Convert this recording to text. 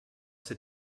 cet